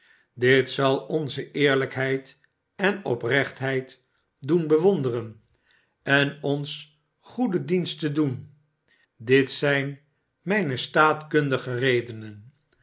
dit zal onze eerlijkheid en oprechtheid doen bewonderen en ons goede diensten doen dit zijn mijne staatkunthge redenen